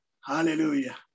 Hallelujah